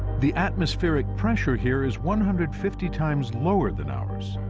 the atmospheric pressure here is one hundred fifty times lower than ours.